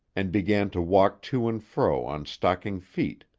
and began to walk to and fro on stocking feet,